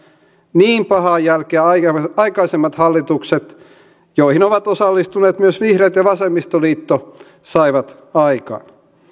niin pahaa jälkeä aikaisemmat hallitukset joihin ovat osallistuneet myös vihreät ja vasemmistoliitto saivat aikaan